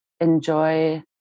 enjoy